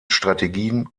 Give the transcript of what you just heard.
strategien